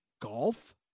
golf